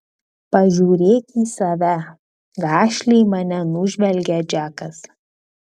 pažiūrėk į save gašliai mane nužvelgia džekas